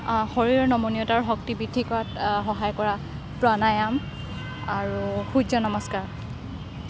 শৰীৰৰ নমনীয়তাৰ শক্তি বৃদ্ধি কৰাত সহায় কৰা প্ৰাণায়াম আৰু সূৰ্য নমস্কাৰ